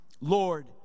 Lord